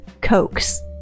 Cokes